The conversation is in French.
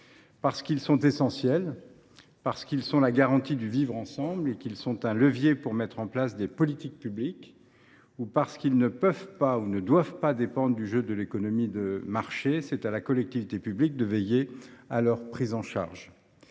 Parce qu’ils sont essentiels, parce qu’ils sont à la fois la garantie du vivre ensemble et un levier pour mettre en place des politiques publiques, ou parce qu’ils ne peuvent pas ou ne doivent pas dépendre du jeu de l’économie de marché, c’est à la collectivité publique de veiller à leur prise en charge.